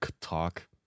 talk